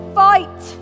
fight